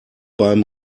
beim